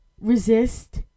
Resist